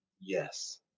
yes